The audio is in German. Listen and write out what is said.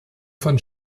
von